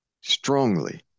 strongly